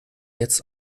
jetzt